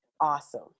awesome